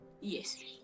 Yes